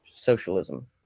socialism